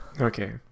Okay